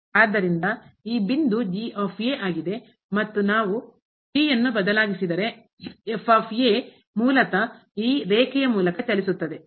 ಆದ್ದರಿಂದ ಈ ಬಿಂದು ಪಾಯಿಂಟ್ ಆಗಿದೆ ಮತ್ತು ನಾವು t ಯನ್ನು ಬದಲಾ ಮೂಲತಃ ಈ ರೇಖೆಯ ಮೂಲಕ ಚಲಿಸುತ್ತದೆ